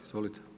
Izvolite.